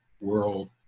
world